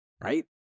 right